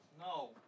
No